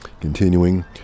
Continuing